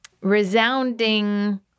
resounding